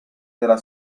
della